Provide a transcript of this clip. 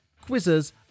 quizzes